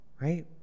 Right